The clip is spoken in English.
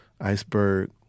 iceberg